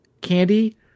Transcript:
candy